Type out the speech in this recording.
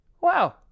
Wow